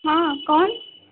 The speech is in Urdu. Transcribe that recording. ہاں کون